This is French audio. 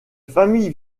famille